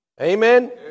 Amen